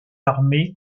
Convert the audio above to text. armées